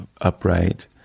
upright